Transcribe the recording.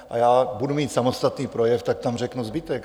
A já budu mít samostatný projev, tak tam řeknu zbytek.